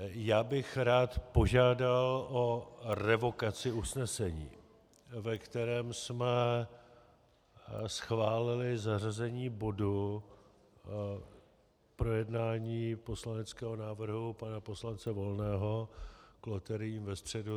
Já bych rád požádal o revokaci usnesení, ve kterém jsme schválili zařazení bodu projednání poslaneckého návrhu pana poslance Volného k loteriím ve středu.